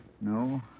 No